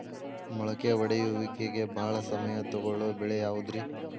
ಮೊಳಕೆ ಒಡೆಯುವಿಕೆಗೆ ಭಾಳ ಸಮಯ ತೊಗೊಳ್ಳೋ ಬೆಳೆ ಯಾವುದ್ರೇ?